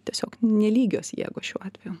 tiesiog nelygios jėgos šiuo atveju